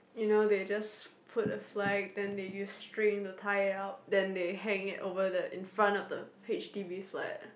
you know they just put a fly then they use string to tie it up then they hang it over the in front on the H_D_B flat